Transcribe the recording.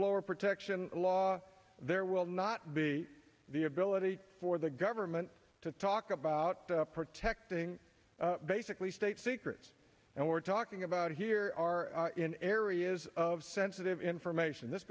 blower protection law there will not be the ability for the government to talk about protecting basically state secrets and we're talking about here are in areas of sensitive information this